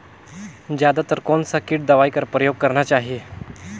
जादा तर कोन स किट दवाई कर प्रयोग करना चाही?